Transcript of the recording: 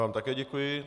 Já vám také děkuji.